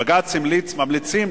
בג"ץ המליץ,